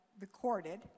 recorded